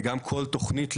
זה גם כל תוכנית,